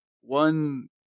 one